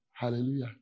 Hallelujah